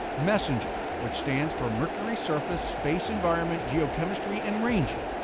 messenger, which stands for mercury surface, space environment, geochemistry and ranging,